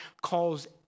calls